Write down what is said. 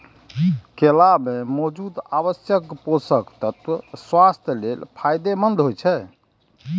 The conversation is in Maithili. केला मे मौजूद आवश्यक पोषक तत्व स्वास्थ्य लेल फायदेमंद होइ छै